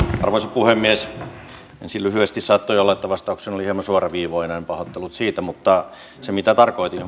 arvoisa puhemies ensin lyhyesti saattoi olla että vastaukseni oli hieman suoraviivainen pahoittelut siitä mutta se mitä tarkoitin